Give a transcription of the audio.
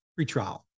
pretrial